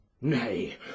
nay